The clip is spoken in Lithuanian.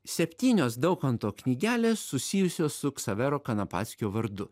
septynios daukanto knygelės susijusios su ksavero kanapackio vardu